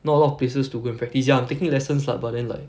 not a lot of places to go and practice ya I'm taking lessons lah but then like